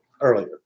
earlier